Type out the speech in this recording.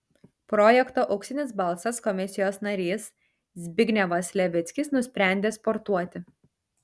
projekto auksinis balsas komisijos narys zbignevas levickis nusprendė sportuoti